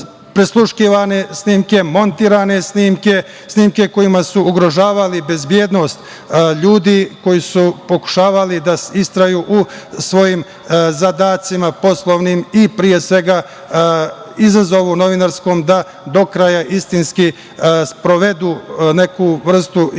prisluškivane snimke, montirane snimke, snimke kojima su ugrožavali bezbednost ljudi koji su pokušavali da istraju u svojim zadacima poslovnim i pre svega izazovu novinarskom da do kraja, istinski, sprovedu neku vrstu